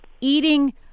eating